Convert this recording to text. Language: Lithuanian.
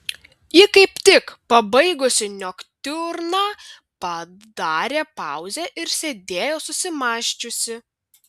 ji kaip tik pabaigusi noktiurną padarė pauzę ir sėdėjo susimąsčiusi